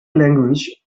language